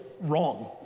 wrong